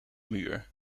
muur